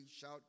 shout